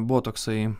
buvo toksai